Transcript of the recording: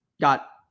got